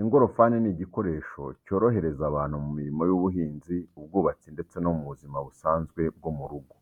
Ingorofani ni igikoresho cyorohereza abantu mu mirimo y’ubuhinzi, ubwubatsi ndetse no mu buzima busanzwe bwo mu rugo.